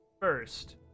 first